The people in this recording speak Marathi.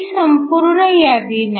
ही संपूर्ण यादी नाही